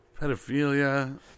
Pedophilia